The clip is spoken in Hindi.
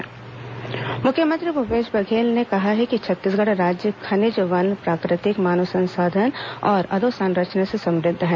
मुख्यमंत्री उद्योगपति बैठक मुख्यमंत्री भूपेश बघेल ने कहा है कि छत्तीसगढ़ राज्य खनिज वनप्राकृतिक मानव संसाधन और अधोसंरचना से समुद्ध है